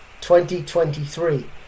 2023